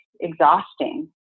exhausting